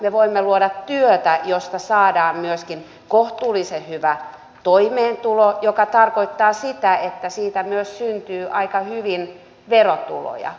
me voimme luoda työtä josta saadaan myöskin kohtuullisen hyvä toimeentulo mikä tarkoittaa sitä että siitä myös syntyy aika hyvin verotuloja